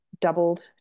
doubled